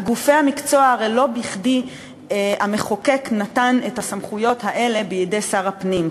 הרי לא בכדי נתן המחוקק את הסמכויות האלה בידי שר הפנים,